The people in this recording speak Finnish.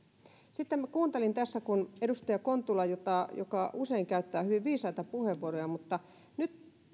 sitten minä kuuntelin tässä edustaja kontulaa joka usein käyttää hyvin viisaita puheenvuoroja mutta nyt